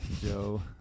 Joe